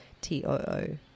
T-O-O